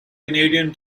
canadian